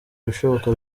ibishoboka